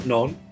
None